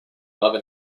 love